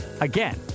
again